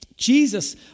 Jesus